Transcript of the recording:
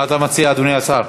מה אתה מציע, אדוני השר?